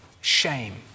Shame